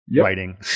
writing